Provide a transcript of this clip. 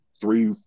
three